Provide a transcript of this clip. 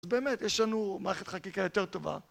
באמת, יש לנו מערכת חקיקה יותר טובה.